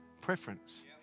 preference